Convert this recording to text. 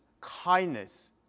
kindness